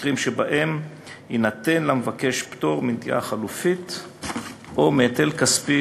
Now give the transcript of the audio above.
מקרים שבהם יינתן למבקש פטור מנטיעה חלופית או מהיטל כספי,